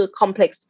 complex